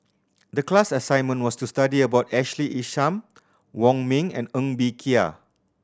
the class assignment was to study about Ashley Isham Wong Ming and Ng Bee Kia